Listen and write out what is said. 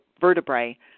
vertebrae